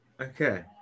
Okay